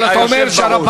אבל אתה אומר שהרבנים,